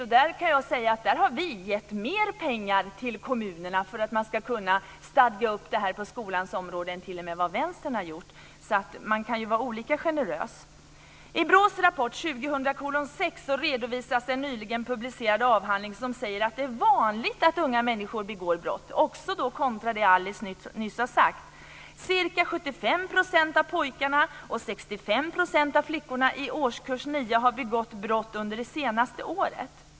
Vi har föreslagit mer pengar än vad Vänstern har gjort till kommunerna för att de ska kunna stadga upp det här på skolans område. Man kan ju vara olika generös. I BRÅ:s rapport 2000:6 redovisas en nyligen publicerad avhandling som säger att det är vanligt att unga människor begår brott - och det också kontra det Alice Åström sade nyss. Ca 75 % av pojkarna och 65 % av flickorna i årskurs 9 har begått brott under det senaste året.